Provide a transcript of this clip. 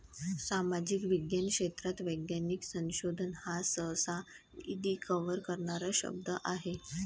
सामाजिक विज्ञान क्षेत्रात वैज्ञानिक संशोधन हा सहसा, निधी कव्हर करणारा शब्द आहे